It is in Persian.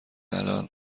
الان